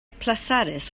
pleserus